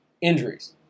injuries